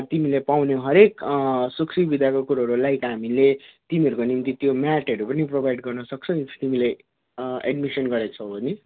तिमीले पाउने हरेक सुख सुविधाको कुरोहरू लाइक हामीले तिमीहरूको निम्ति त्यो म्याटहरू पनि प्रोभाइड गर्न सक्छौँ इफ तिमीले एडमिसन गरेको छौ भने